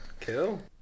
Cool